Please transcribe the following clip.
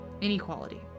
Inequality